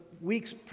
weeks